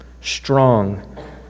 strong